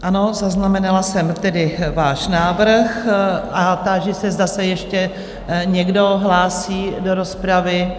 Ano, zaznamenala jsem tedy váš návrh a táži se, zda se ještě někdo hlásí do rozpravy?